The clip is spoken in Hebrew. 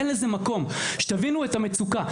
אין לזה מקום, שתבינו את המצוקה.